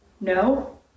No